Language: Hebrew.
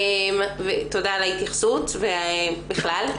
תודה על ההתייחסות בכלל.